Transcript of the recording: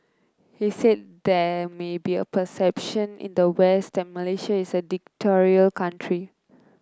he said there may be a perception in the West that Malaysia is a dictatorial country